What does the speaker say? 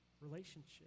relationship